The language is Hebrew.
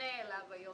שמופנה אליו היום.